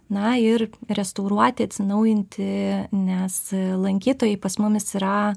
na ir restauruoti atsinaujinti nes lankytojai pas mumis yra